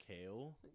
Kale